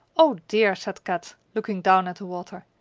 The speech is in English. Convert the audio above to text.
oh, dear, said kat, looking down at the water,